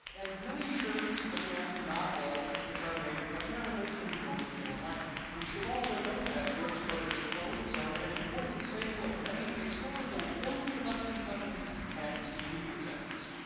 and many shirts but again, not all, which are made primarily in north carolina. we should also note that brooks brothers clothes are an important staple of many historical film production companies and tv presenters.